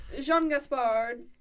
Jean-Gaspard